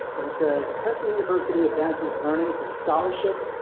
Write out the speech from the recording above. and it says, princeton university advances learning through scholarship,